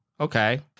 Okay